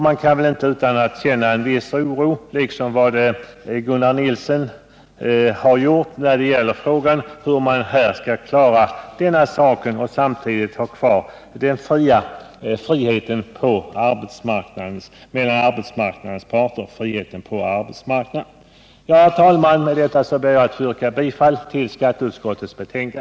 Man kan väl inte annat än känna en viss oro — liksom Gunnar Nilsson har gjort — när det gäller hur man skall klara denna sak och samtidigt ha kvar friheten på arbetsmarknaden. Herr talman! Med detta ber jag att få yrka bifall till skatteutskottets hemställan.